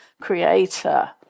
Creator